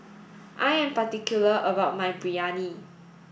I am particular about my Biryani